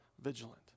vigilant